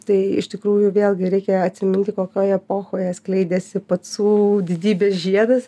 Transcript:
tai iš tikrųjų vėlgi reikia atsiminti kokioj epochoje skleidėsi pacų didybės žiedas